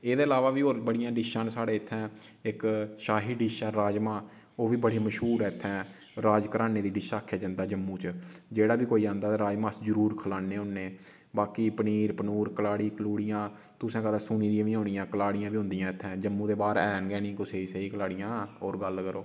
एह्दे अलावा बी होर बडियां डिशां न साढ़ै इत्थै इक शाही डिश ऐ राजमां ओह् बी बड़ी मश्हूर ऐ इत्थै राजघराने दी डिश आखेआ जन्दा जम्मू च जेह्ड़ा बी कोई आंदा तां राजमां अस जरूर खलाने होन्नें बाकी पनीर पनूर कलाड़ी कालुड़िया तुसें कदें सुनियां दियां नि होनियां कलाड़ियां बी होंदियां इत्थै जम्मू दे बाह्र हैन गै नेईं कुसै सेही कलाड़ियां होर गल्ल करो